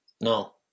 no